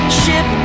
ship